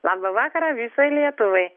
labą vakarą visai lietuvai